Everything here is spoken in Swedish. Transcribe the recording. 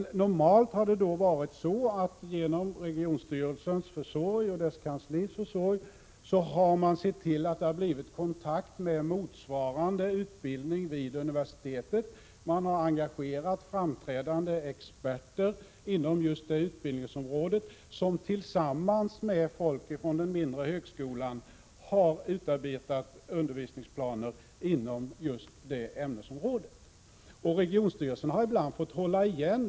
Normalt har regionstyrelsen och dess kansli sett till att det blivit kontakt med motsvarande utbildning vid universitetet. Man har engagerat framträdande experter inom just det utbildningsområdet som tillsammans med folk från den mindre högskolan har utarbetat undervisningsplaner inom ämnesområdet i fråga. Regionstyrelsen har ibland fått hålla igen.